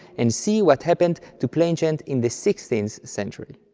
and see what happened to plainchant in the sixteenth century.